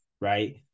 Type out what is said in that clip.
Right